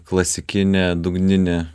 klasikinė dugninė